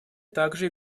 также